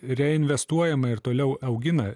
reinvestuojama ir toliau augina